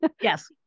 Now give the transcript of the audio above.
yes